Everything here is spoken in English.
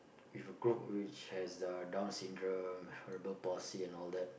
with a group which has the down syndrome cerebral palsy and all that